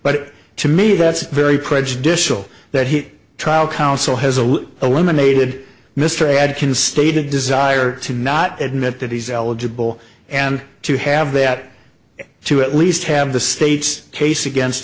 but to me that's very prejudicial that he trial counsel has a eliminated mr ed can stated desire to not admit that he's eligible and to have that to at least have the state's case against